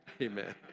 Amen